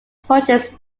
purchase